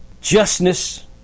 justness